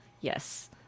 yes